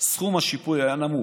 סכום השיפוי היה נמוך,